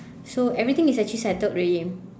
so everything is actually settled already